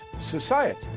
society